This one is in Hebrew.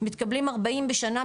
מתקבלים 40 בשנה,